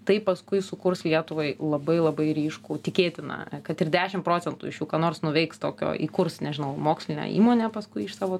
tai paskui sukurs lietuvai labai labai ryškų tikėtina kad ir dešim procentų iš jų ką nors nuveiks tokio įkurs nežinau mokslinę įmonę paskui iš savo